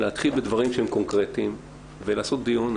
להתחיל בדברים שהם קונקרטיים ולעשות דיון.